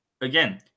again